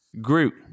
Groot